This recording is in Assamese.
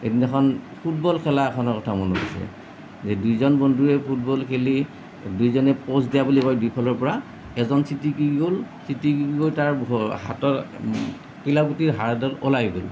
এদিনাখন ফুটবল খেলা এখনৰ কথা মনত আছে যে দুইজন বন্ধুৱে ফুটবল খেলি দুইজনে প'ষ্ট দিয়া বুলি কয় দুইফালৰ পৰা এজন ছিটিকি গ'ল ছিটিকি গৈ তাৰ হাতৰ কিলাকুটিৰ হাড়ডাল ওলাই গ'ল